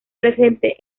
presente